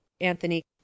anthony